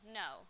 no